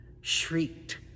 shrieked